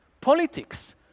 Politics